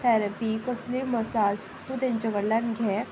therapy कसलीय massage तूं तेंचे कडल्यान घे